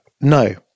No